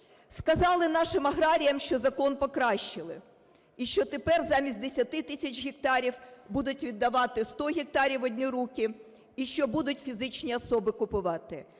Сказали нашим аграріям, що закон покращили, і що тепер замість 10 тисяч гектарів будуть віддавати 100 гектарів в одні руки, і що будуть фізичні особи купувати.